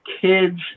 kids